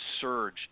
surge